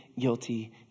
guilty